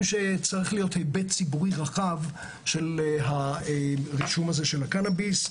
שצריך להיות היבט ציבורי רחב של רישום הקנביס,